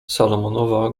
salomonowa